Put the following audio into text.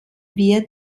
wird